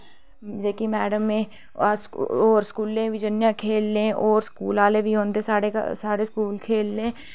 जेह्की मैड़म ऐ अस होर स्कूलें बी जन्ने आं खेल्लने गी होर स्कूल आह्ले बी औंदे साढ़े स्कूल खेल्लने ई